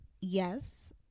Yes